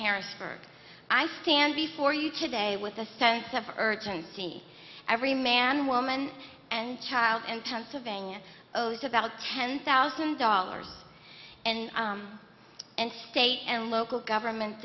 harrisburg i stand before you today with a sense of urgency every man woman and child and pennsylvania oh it's about ten thousand dollars and and state and local government